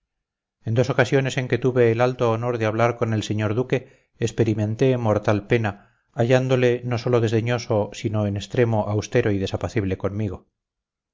en dos ocasiones en que tuve el alto honor de hablar con el señor duque experimenté mortal pena hallándole no sólo desdeñoso sino en extremo austero y desapacible conmigo